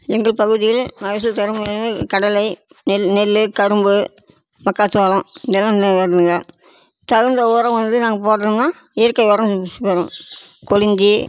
எங்கள் பகுதியில் மகசூல் தரக்கூடியவை கடலை நெல் நெல் கரும்பு மக்காச்சோளம் இதெல்லாம் இன்னும் வரணுங்க தகுந்த உரம் வந்து நாங்கள் போட்றோம்ன்னா இயற்கை உரம் யூஸ் பண்ணுறோம் கொலிங்கி